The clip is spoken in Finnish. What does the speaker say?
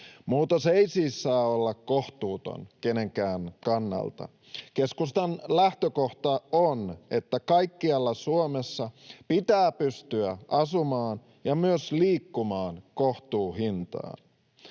Muutos ei siis saa olla kohtuuton kenenkään kannalta. Keskustan lähtökohta on, että kaikkialla Suomessa pitää pystyä asumaan ja myös liikkumaan kohtuuhintaan.